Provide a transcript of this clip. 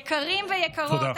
יקרים ויקרות,